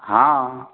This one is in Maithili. हँ